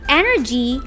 energy